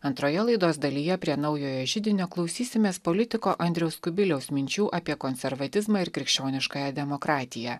antroje laidos dalyje prie naujojo židinio klausysimės politiko andriaus kubiliaus minčių apie konservatizmą ir krikščioniškąją demokratiją